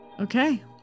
Okay